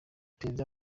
perezida